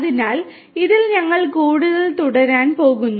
അതിനാൽ ഇതിൽ ഞങ്ങൾ കൂടുതൽ തുടരാൻ പോകുന്നു